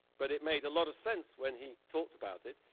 but it made a lot of sense when he talked about it,